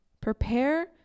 prepare